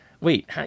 wait